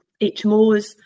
HMOs